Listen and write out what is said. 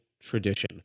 tradition